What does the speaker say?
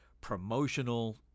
promotional